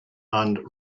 and